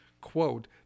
quote